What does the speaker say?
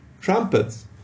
trumpets